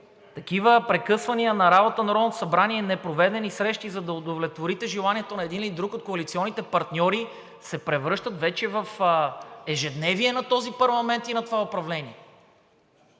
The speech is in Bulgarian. такива прекъсвания на работата на Народното събрание, непроведени срещи, за да удовлетворите желанието на един или друг от коалиционните партньори, се превръщат вече в ежедневие на този парламент и на това управление.